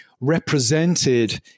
represented